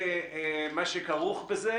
כלל התקנים,